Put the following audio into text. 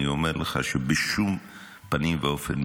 אני אומר לך שבשום פנים ואופן,